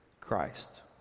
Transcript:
Christ